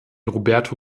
roberto